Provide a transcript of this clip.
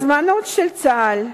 הזמנות של צה"ל,